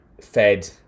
fed